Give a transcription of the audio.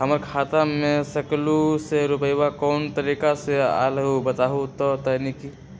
हमर खाता में सकलू से रूपया कोन तारीक के अलऊह बताहु त तनिक?